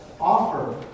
offer